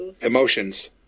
emotions